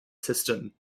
system